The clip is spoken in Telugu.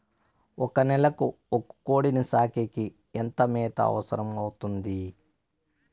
ఒక నెలకు ఒక కోడిని సాకేకి ఎంత మేత అవసరమవుతుంది?